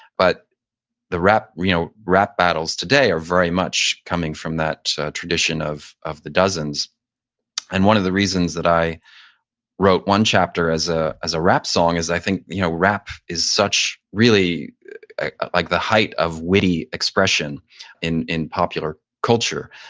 but the rap you know rap battles today are very much coming from that tradition of of the dozens and one of the reasons that i wrote one chapter as ah a ah rap song is i think you know rap is such really like the height of witty expression in in popular culture.